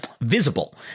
visible